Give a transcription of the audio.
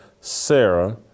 Sarah